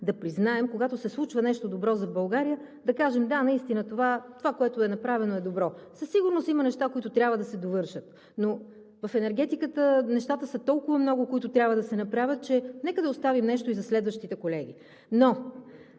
да признаем, когато се случва нещо добро за България, да кажем: да, наистина това, което е направено, е добро. Със сигурност има неща, които трябва да се довършат, но в енергетиката нещата, които трябва да се направят, са толкова много, че нека да оставим нещо и за следващите колеги. Но